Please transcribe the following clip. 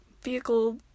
vehicle